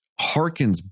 harkens